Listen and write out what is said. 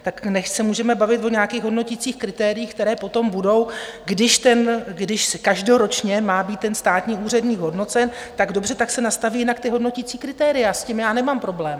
Tak nechť se můžeme bavit o nějakých hodnoticích kritériích, která potom budou, když každoročně má být ten státní úředník hodnocen, tak dobře, tak se nastaví jinak ta hodnoticí kritéria, s tím já nemám problém.